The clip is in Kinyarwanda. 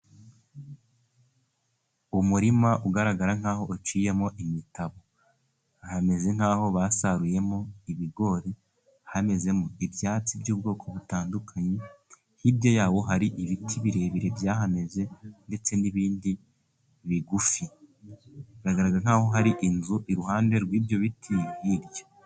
Umurima ugaragara nk'aho uciyemo imitabo hameze nk'aho basaruyemo ibigori, hamezemo ibyatsi by'ubwoko butandukanye hirya yawo hari ibiti birebire byahameze, ndetse n'ibindi bigufi biragaraga nk'aho hari inzu iruhande rw'ibyo biti hirya.